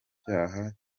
icyaha